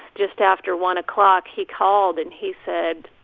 just after one o'clock, he called. and he said,